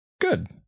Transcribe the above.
good